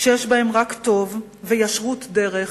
שיש בהם רק טוב, וישרות דרך,